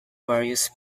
various